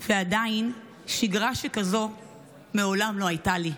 ועדיין, שגרה שכזאת מעולם לא הייתה לי.